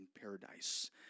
paradise